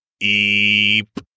EEP